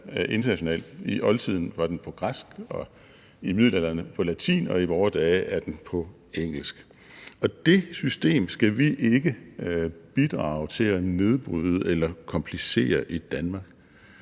I oldtiden var den på græsk, i middelalderen på latin, og i vore dage er den på engelsk. Det system skal vi ikke bidrage til at nedbryde eller komplicere i Danmark.